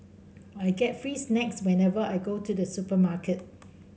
I get free snacks whenever I go to the supermarket